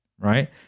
Right